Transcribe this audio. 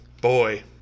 Boy